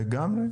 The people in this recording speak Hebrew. לגמרי?